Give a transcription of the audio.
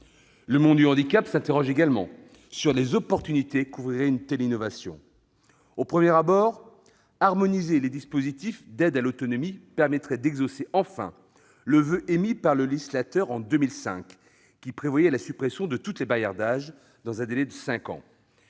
Le monde du handicap s'interroge également sur les opportunités qu'ouvrirait une telle innovation. Au premier abord, harmoniser les dispositifs d'aide à l'autonomie permettrait d'exaucer enfin le voeu émis par le législateur en 2005, qui prévoyait la suppression de toutes les barrières d'âge dans un délai de cinq ans.